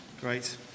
Great